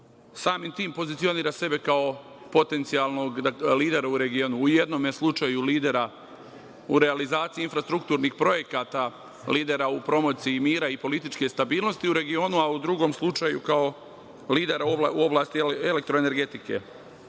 Samim tim, pozicionira sebe kao potencijalnog lidera u regionu, u jednom slučaju lidera u realizaciji infrastrukturnih projekata, lidera u promociji mira i političke stabilnosti u regionu, a u drugom slučaju kao lidera u oblasti elektroenergetike.